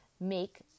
make